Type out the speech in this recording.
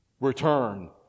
return